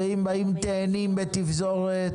ואם באים תאנים או צימוקים בתפזורת,